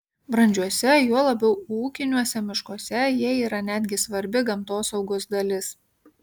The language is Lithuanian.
brandžiuose juo labiau ūkiniuose miškuose jie yra netgi svarbi gamtosaugos dalis